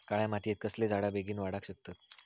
काळ्या मातयेत कसले झाडा बेगीन वाडाक शकतत?